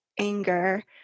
anger